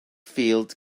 field